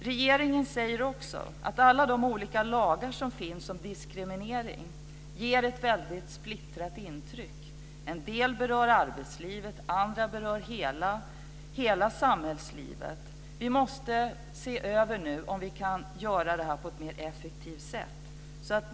Regeringen säger också att alla de olika lagar som finns om diskriminering ger ett väldigt splittrat intryck. En del berör arbetslivet, andra berör hela samhällslivet. Vi måste nu se över om vi kan göra det här på ett mer effektivt sätt.